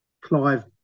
Clive